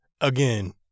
again